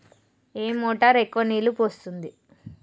ఏ motor ఎక్కువ నీళ్లు పోస్తుంది?